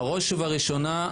בראש ובראשונה,